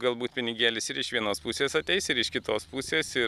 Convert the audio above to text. galbūt pinigėlis ir iš vienos pusės ateis ir iš kitos pusės ir